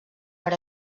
per